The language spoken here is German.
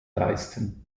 leisten